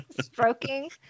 stroking